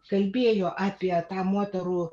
kalbėjo apie tą moterų